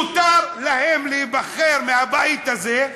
מותר להם להיבחר מהבית הזה.